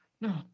no